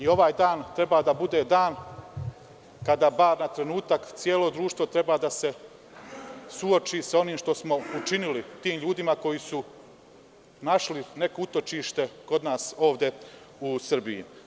Ovaj dan treba da bude dan kada bar na trenutak celo društvo treba da se suoči sa onim što smo učinili tim ljudima koji su našli neko utočište ovde kod nas u Srbiji.